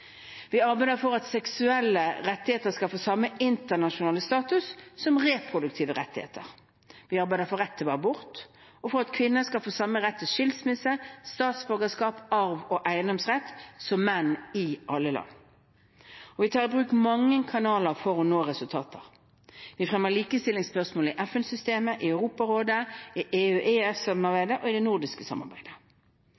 Vi arbeider for at seksuelle rettigheter skal få samme internasjonale status som reproduktive rettigheter. Vi jobber for rett til abort og for at kvinner skal få samme rett til skilsmisse, statsborgerskap, arv og eiendom som menn i alle land. Vi tar i bruk mange kanaler for å nå resultater. Vi fremmer likestillingsspørsmål i FN-systemet, i Europarådet, i